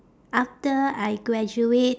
after I graduate